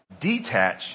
detach